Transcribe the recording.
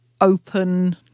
open